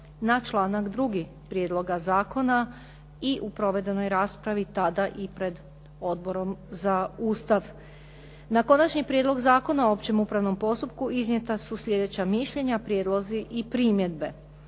na članak 2. prijedloga zakona i u provedenoj raspravi, tada i pred Odborom za Ustav. Na Konačni prijedlog zakona o općem upravnom postupku iznijeta su sljedeća mišljenja, prijedlozi i primjedbe.